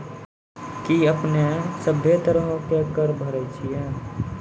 कि अपने सभ्भे तरहो के कर भरे छिये?